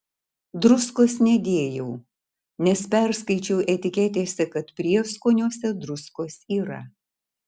druskos nedėjau nes perskaičiau etiketėse kad prieskoniuose druskos yra